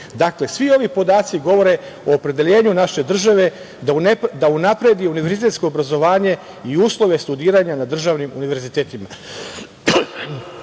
Srbije. Dakle, svi ovi podaci govore o opredeljenju naše države da unapredi univerzitetsko obrazovanje i uslove studiranja na državnim univerzitetima. Ova